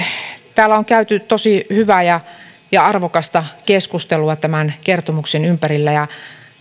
täällä on käyty tosi hyvää ja arvokasta keskustelua tämän kertomuksen ympärillä